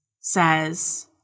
says